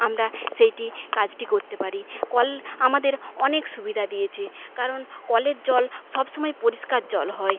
আমরা সেইটি কাজটি করতে পারি কল আমাদের অনেক সুবিধা দিয়েছে কারণ কলের জল সব সময় পরিষ্কার জল হয়